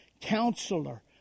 Counselor